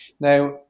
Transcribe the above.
Now